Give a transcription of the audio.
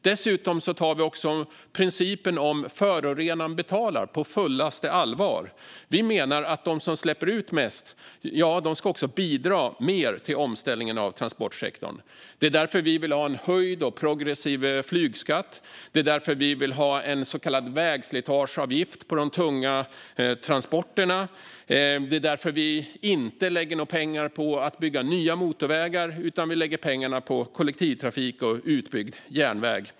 Dessutom tar vi principen om att förorenaren betalar på fullaste allvar. Vi menar att de som släpper ut mest också ska bidra mer till omställningen av transportsektorn. Det är därför vi vill ha en höjd och progressiv flygskatt och en vägslitageavgift för tunga transporter, och det är därför vi inte lägger några pengar på att bygga nya motorvägar utan på kollektivtrafik och utbyggd järnväg.